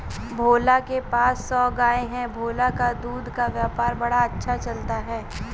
भोला के पास सौ गाय है भोला का दूध का व्यापार बड़ा अच्छा चलता है